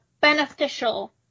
beneficial